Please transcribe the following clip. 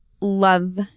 love